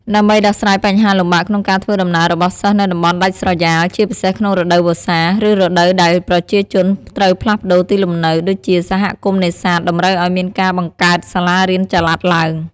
ដើម្បីដោះស្រាយបញ្ហាលំបាកក្នុងការធ្វើដំណើររបស់សិស្សនៅតំបន់ដាច់ស្រយាល ជាពិសេសក្នុងរដូវវស្សា ឬរដូវដែលប្រជាជនត្រូវផ្លាស់ប្តូរទីលំនៅ ដូចជាសហគមន៍នេសាទ តម្រូវអោយមានការបង្កើតសាលារៀនចល័តឡើង។